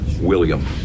William